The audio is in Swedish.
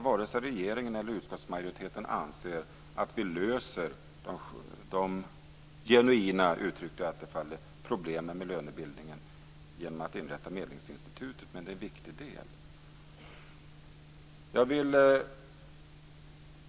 Vare sig regeringen eller utskottsmajoriteten anser att vi löser de "genuina", som Attefall uttryckte det, problemen med lönebildningen genom att inrätta Medlingsinstitutet. Men det är en viktig del.